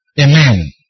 Amen